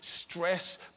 stress